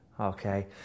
Okay